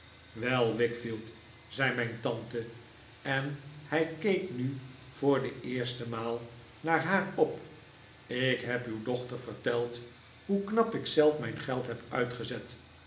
wel wickfield zei mijn tante en hij keek nu voor de eerste maal naar haar op ik heb uw dochter verteld hoe knap ik zelf mijn geld heb uitgezet